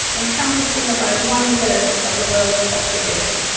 encompassing about one-third of the world's population.